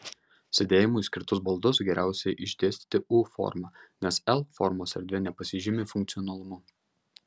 sėdėjimui skirtus baldus geriausia išdėstyti u forma nes l formos erdvė nepasižymi funkcionalumu